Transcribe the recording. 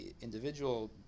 individual